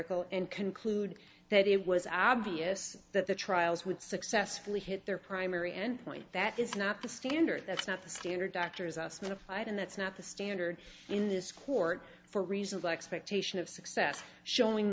year and conclude that it was obvious that the trials would successfully hit their primary end point that is not the standard that's not the standard doctor's usman applied and that's not the standard in this court for reasonable expectation of success showing